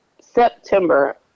September